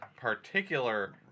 particular